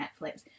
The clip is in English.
netflix